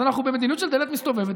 אז אנחנו במדיניות של דלת מסתובבת,